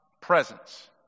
presence